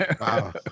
Wow